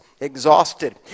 exhausted